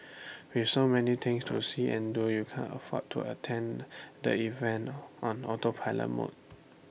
with so many things to see and do you can't afford to attend the event on autopilot mode